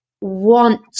want